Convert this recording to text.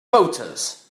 voters